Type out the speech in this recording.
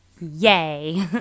Yay